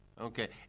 okay